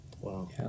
Wow